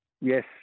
Yes